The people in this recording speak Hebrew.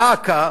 דא עקא,